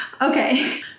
okay